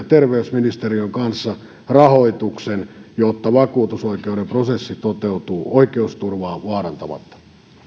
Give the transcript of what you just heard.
terveysministeriön kanssa rahoituksen jotta vakuutusoikeuden prosessi toteutuu oikeusturvaa vaarantamatta